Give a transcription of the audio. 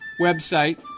website